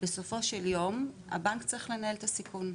בסופו של יום הבנק צריך לנהל את הסיכון,